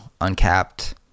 uncapped